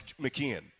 McKeon